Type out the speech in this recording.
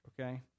okay